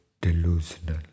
delusional